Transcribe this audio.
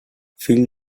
fill